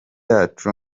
yacu